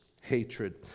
hatred